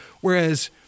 Whereas